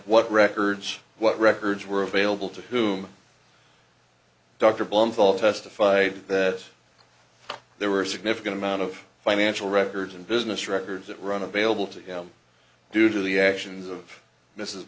what records what records were available to whom dr von vall testified that there were a significant amount of financial records and business records that run available to him due to the actions of mrs